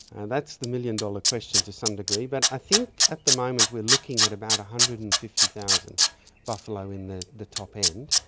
and that's the million dollar question to some degree. but i think at the moment we're looking at about one hundred and fifty thousand buffalo in the the top end.